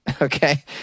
okay